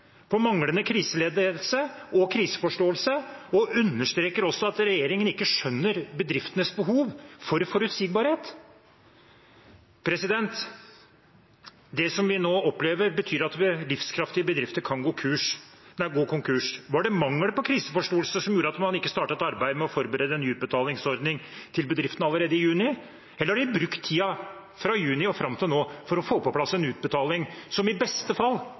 på manglende kriseledelse og kriseforståelse, og det understreker også at regjeringen ikke skjønner bedriftenes behov for forutsigbarhet. Det vi nå opplever, betyr at livskraftige bedrifter kan gå konkurs. Var det mangel på kriseforståelse som gjorde at man ikke startet arbeidet med å forberede en ny utbetalingsordning til bedriftene allerede i juni, eller har de brukt tiden fra juni og fram til nå for å få på plass en utbetaling, som i beste fall